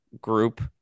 group